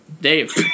Dave